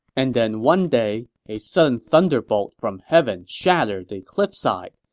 and then one day, a sudden thunderbolt from heaven shattered the cliff side,